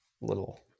little